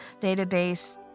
database